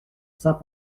saint